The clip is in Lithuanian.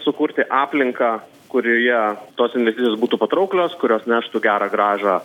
sukurti aplinką kurioje tos investicijos būtų patrauklios kurios neštų gerą grąžą